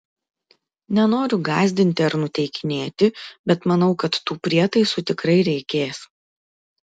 nenoriu gąsdinti ar nuteikinėti bet manau kad tų prietaisų tikrai reikės